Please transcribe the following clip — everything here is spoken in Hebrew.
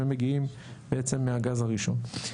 הם מגיעים בעצם מהגז הראשון.